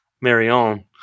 marion